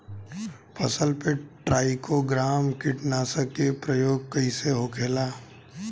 फसल पे ट्राइको ग्राम कीटनाशक के प्रयोग कइसे होखेला?